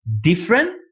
different